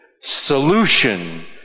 solution